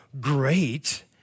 great